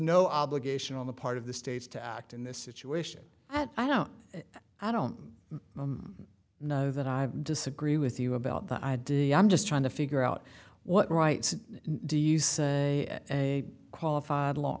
no obligation on the part of the states to act in this situation and i don't i don't know that i disagree with you about that i do i'm just trying to figure out what rights do you say a qualified l